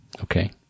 okay